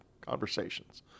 conversations